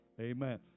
Amen